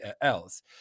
else